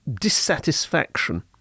dissatisfaction